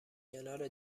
کنار